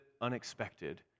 unexpected